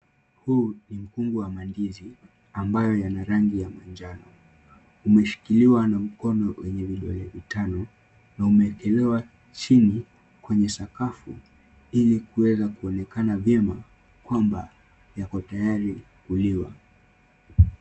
Huu ni mkungu wa mandizi ambayo yana rangi ya manjano. Umeshikiliwa na mkono wenye vidole vitano na umewekelewa chini kwenye sakafu ili kuweza kuonekana vyema kwamba yako tayari kuliwa.